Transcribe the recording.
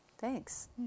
thanks